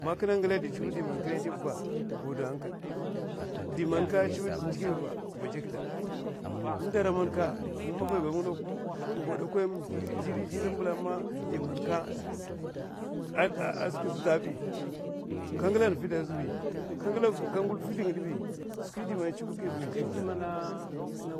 Man kinè ngèla di tè chivid n'dè kinè ba, man chivid ndè kabi ba va jakda, nga maffayma nga gwadakoy jiri jiri ka ngilan ma a kirmamngaya bi, ka ngul n'fid bi chividman chivid kabi va jakda,